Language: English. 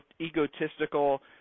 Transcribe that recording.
egotistical